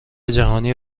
جهانی